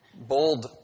Bold